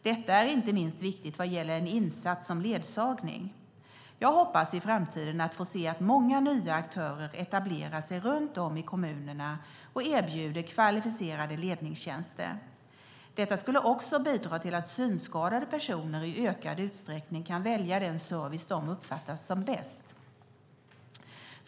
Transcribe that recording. Detta är inte minst viktigt vad gäller en insats som ledsagning. Jag hoppas i framtiden att få se att många nya aktörer etablerar sig runt om i kommunerna och erbjuder kvalificerade ledsagningstjänster. Detta skulle också bidra till att synskadade personer i ökad utsträckning kan välja den service som de uppfattar som bäst.